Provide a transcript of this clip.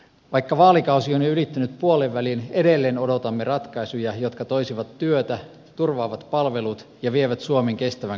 vaikka vaalikausi on jo ylittänyt puolenvälin edelleen odotamme ratkaisuja jotka toisivat työtä turvaavat palvelut ja vievät suomen kestävän kasvun tielle